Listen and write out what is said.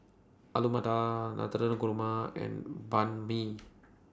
Alu Matar Navratan Korma and Banh MI